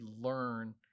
learn